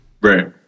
Right